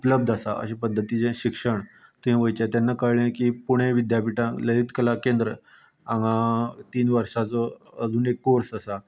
आसा अशे पध्दतीचें शिक्षण थंय वयचें तेन्ना कळलें की पुणे विद्यापिठान लय कला केंद्र हांगा तीन वर्साचो अभिनय कोर्स आसा